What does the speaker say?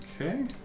Okay